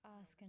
ask